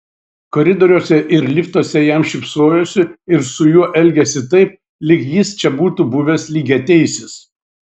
koridoriuose ir liftuose jam šypsojosi ir su juo elgėsi taip lyg jis čia būtų buvęs lygiateisis